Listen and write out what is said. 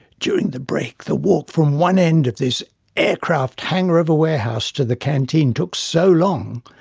during the break, the walk from one end of this aircraft hangar of a warehouse to the canteen took so long,